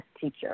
teacher